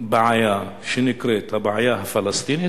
בעיה שנקראת הבעיה הפלסטינית,